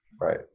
Right